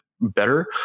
better